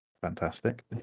fantastic